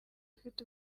ufite